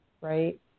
right